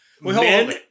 Men